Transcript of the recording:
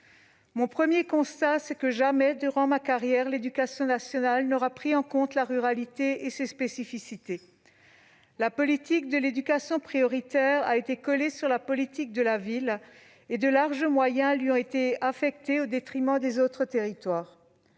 Mon premier constat, c'est que jamais, durant ma carrière, l'éducation nationale n'aura pris en compte la ruralité et ses spécificités. La politique de l'éducation prioritaire a été collée sur la politique de la ville, et de larges moyens ont été affectés aux zones urbaines, au détriment des autres territoires.